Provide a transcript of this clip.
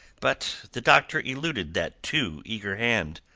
but the doctor eluded that too eager hand.